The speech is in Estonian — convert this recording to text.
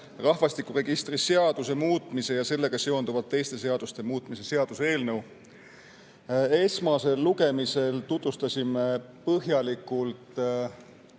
rahvastikuregistri seaduse muutmise ja sellega seonduvalt teiste seaduste muutmise seaduse eelnõu. Esmasel lugemisel tutvustasime põhjalikult,